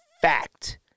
fact